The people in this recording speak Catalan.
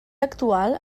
actual